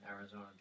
Arizona